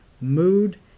mood